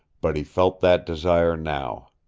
but he felt that desire now.